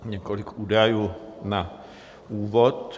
Několik údajů na úvod.